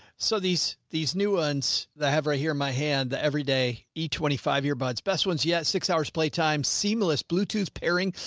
so these, these new ones that i have right here in my hand, the every day, each twenty five year bud's best ones, yet six hours playtime seamless bluetooth pairing,